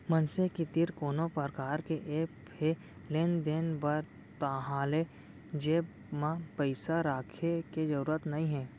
मनसे के तीर कोनो परकार के ऐप हे लेन देन बर ताहाँले जेब म पइसा राखे के जरूरत नइ हे